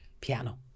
Piano